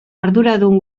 arduradun